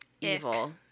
evil